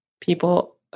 people